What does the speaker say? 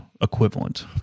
equivalent